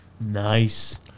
Nice